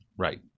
Right